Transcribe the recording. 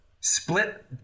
split